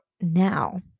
now